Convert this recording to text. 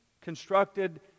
constructed